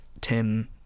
tim